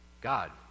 God